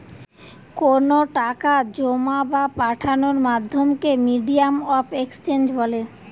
কোনো টাকা জোমা বা পাঠানোর মাধ্যমকে মিডিয়াম অফ এক্সচেঞ্জ বলে